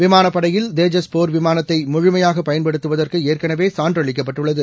விமானப்படையில் தேஜஸ் போர் விமானத்தை முழுமையாக பயன்படுத்துவதற்கு ஏற்கனவே சான்று அளிக்கப்பட்டுள்ளது